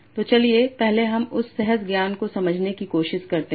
तो चलिए पहले हम उस सहज ज्ञान को समझने की कोशिश करते हैं